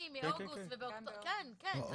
כן, כן.